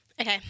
Okay